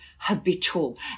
Habitual